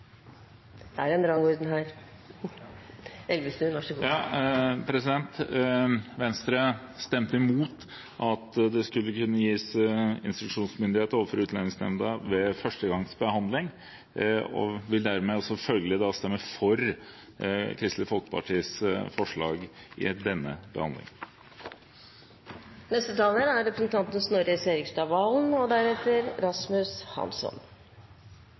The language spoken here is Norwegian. Venstre stemte imot at det skulle kunne gis instruksjonsmyndighet overfor Utlendingsnemnda ved første gangs behandling, og vil følgelig stemme for Kristelig Folkepartis forslag i denne behandlingen. Orden skal det være. Bare kort om prosess og